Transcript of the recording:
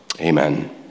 Amen